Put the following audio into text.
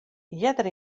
earder